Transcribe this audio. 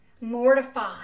mortified